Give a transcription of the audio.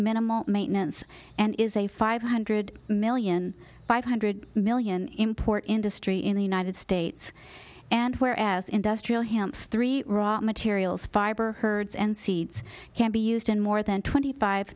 minimal maintenance and is a five hundred million five hundred million import industry in the united states and where as industrial hamps three raw materials fiber herds and seeds can be used in more than twenty five